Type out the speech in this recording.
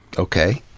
okay.